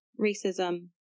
racism